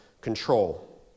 control